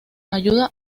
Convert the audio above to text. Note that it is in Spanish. ayuda